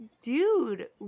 dude